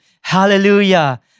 Hallelujah